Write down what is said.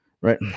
right